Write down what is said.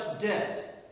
debt